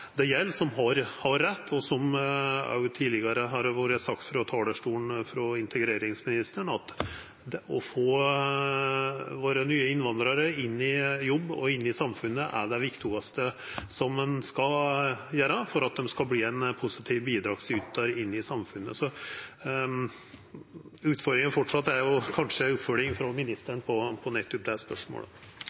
det gjeld, som har rett til opplæring. Som det tidlegare har vore sagt frå talarstolen av integreringsministeren: Å få dei nye innvandrarane våre i jobb og inn i samfunnet er det viktigaste ein kan gjera for at dei skal verta positive bidragsytarar i samfunnet. Utfordringa er framleis kanskje ei oppfølging frå ministeren når det gjeld nettopp det spørsmålet.